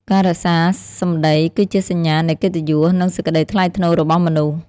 ការរក្សាសម្ដីគឺជាសញ្ញានៃកិត្តិយស និងសេចក្ដីថ្លៃថ្នូររបស់មនុស្ស។